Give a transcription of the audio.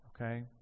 Okay